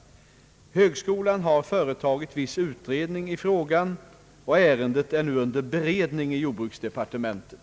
Högskolan har företagit viss utredning i frågan. Ärendet är nu under beredning i jordbruksdepartementet.